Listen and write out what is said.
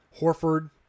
Horford